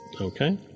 Okay